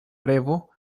revo